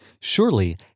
Surely